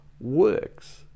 works